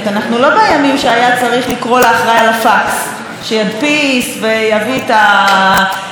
לפקס שידפיס וישלם על הטלפון וכו' לא,